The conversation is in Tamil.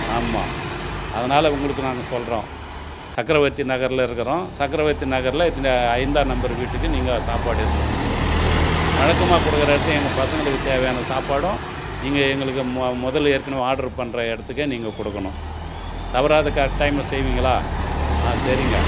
ஆமாம் அதனால் உங்களுக்கு நாங்கள் சொல்கிறோம் சக்கரவர்த்தி நகர்ல இருக்கிறோம் சக்கரவர்த்தி நகர்ல இத்தனை ஐந்தாம் நம்பர் வீட்டுக்கு நீங்கள் சாப்பாட்டு எடுத்துகின்னு வந்து கொடுக்கணும் வழக்கமாக கொடுக்குற இடத்துக்கு எங்கள் பசங்களுக்கு தேவையான சாப்பாடும் நீங்கள் எங்களுக்கு மொ முதல்ல ஏற்கனவே ஆர்டர் பண்ணுற இடத்துக்கே நீங்கள் கொடுக்கணும் தவறாது கரெக்ட் டைமில் செய்வீங்களா சரிங்க